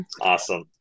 Awesome